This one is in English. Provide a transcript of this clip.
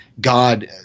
God